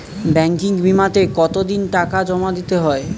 Banking বিমাতে কত দিন টাকা জমা দিতে হয়?